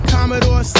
Commodore